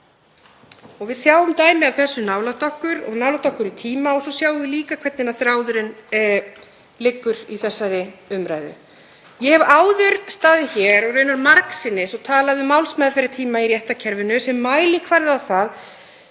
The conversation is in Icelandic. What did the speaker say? Við sjáum dæmi af þessu nálægt okkur og nálægt okkur í tíma og svo sjáum við líka hvernig þráðurinn liggur í þessari umræðu. Ég hef áður staðið hér, raunar margsinnis, og talað um málsmeðferðartíma í réttarkerfinu sem mælikvarða á það